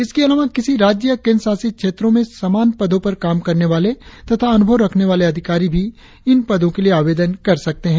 इसके अलावा किसी राज्य और केंद्र शासित क्षेत्रों में समान पदों पर काम करने वाले तथा अनुभव रखने वाले अधिकारी भी इन पदों के लिए आवेदन कर सकते है